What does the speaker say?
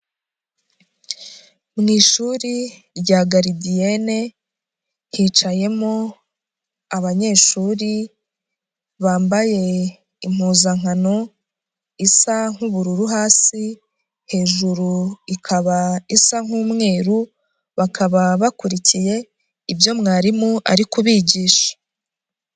Mu ishuri rya garidienne, hicayemo abanyeshuri, bambaye impuzankano, isa nk'ubururu hasi hejuru ikaba isa nk'umweru, bakaba bakurikiye ibyo mwarimu arikubigisha.